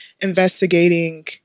investigating